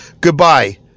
Goodbye